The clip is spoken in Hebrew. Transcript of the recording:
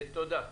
תודה.